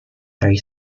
very